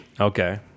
Okay